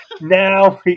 Now